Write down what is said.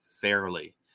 fairly